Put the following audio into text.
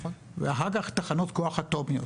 ואחר כך תחנות כוח אטומיות.